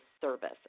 service